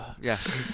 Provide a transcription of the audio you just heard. yes